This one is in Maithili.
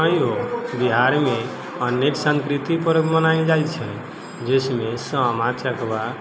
आइयो बिहारमे अनेक संस्कृति पर्व मनायल जाइ छै जिसमे सामा चकेवा